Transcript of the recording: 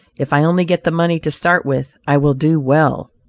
if i only get the money to start with i will do well.